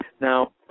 Now